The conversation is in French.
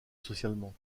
socialement